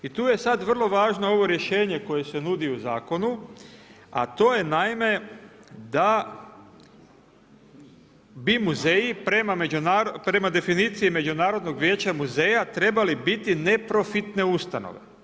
I tu je sad vrlo važno ovo rješenje koje se nudi u zakonu, a to je naime, da bi muzeji prema definiciji međunarodnog vijeća muzeja trebali biti neprofitne ustanove.